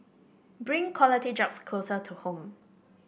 bring quality jobs closer to home